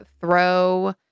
throw